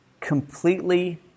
completely